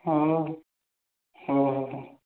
ହଁ ହଁ ହଁ ହଁ